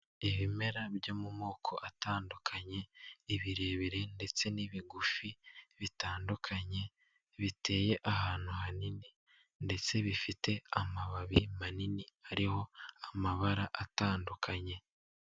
Ibimera byo mu moko atandukanye birebire ndetse n'ibigufi bitandukanye biteye ahantu hanini ndetse bifite amababi manini ariho amabara atandukanye.